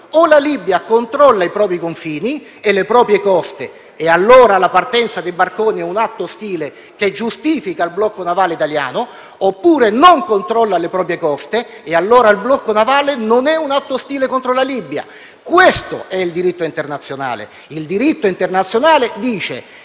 o la Libia controlla i propri confini e le proprie coste, e allora la partenza dei barconi è un atto ostile che giustifica il blocco navale italiano; oppure non controlla le proprie coste, e allora il blocco navale non è un atto ostile contro la Libia. Questo è il diritto internazionale. Il diritto internazionale dice